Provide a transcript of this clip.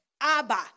Abba